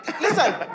Listen